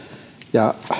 ja